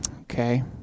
Okay